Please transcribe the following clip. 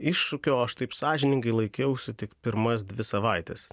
iššūkio aš taip sąžiningai laikiausi tik pirmas dvi savaites